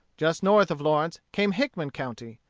just north of lawrence came hickman county.